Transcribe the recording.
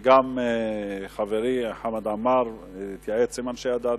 גם חברי חמד עמאר התייעץ עם אנשי הדת,